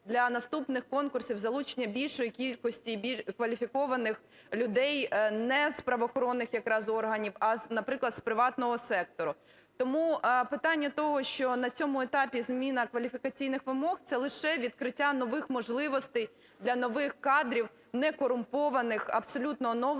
для наступних конкурсів із залучення більшої кількості кваліфікованих людей не з правоохоронних якраз органів, а наприклад, з приватного сектору. Тому питання того, що на цьому етапі зміна кваліфікаційних вимог – це лише відкриття нових можливостей для нових кадрів некорумпованих, абсолютно оновлених